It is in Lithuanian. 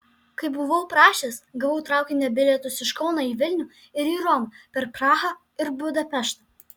kaip buvau prašęs gavau traukinio bilietus iš kauno į vilnių ir į romą per prahą ir budapeštą